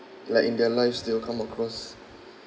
like in their lives they will come across